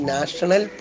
National